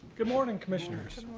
good morning commissioners.